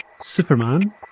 Superman